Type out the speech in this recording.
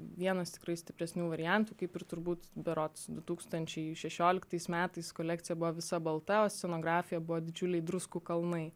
vienas tikrai stipresnių variantų kaip ir turbūt beros du tūkstančiai šešioliktais metais kolekcija buvo visa balta o scenografija buvo didžiuliai druskų kalnai